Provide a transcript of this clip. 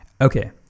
Okay